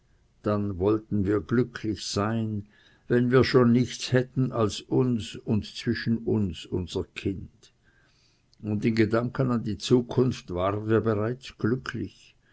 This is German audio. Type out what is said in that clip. dann wollten wir glücklich sein wenn wir schon nichts hätten als uns und zwischen uns unser kind und in gedanken an die zukunft waren wir bereits glücklich